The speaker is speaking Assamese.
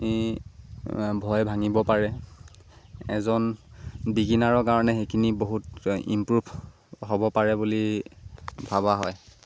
ভয় ভাঙিব পাৰে এজন বিগিনাৰৰ কাৰণে সেইখিনি বহুত ইম্প্ৰুভ হ'ব পাৰে বুলি ভাবা হয়